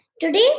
Today